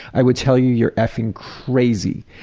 i would tell you you're f-ing crazy.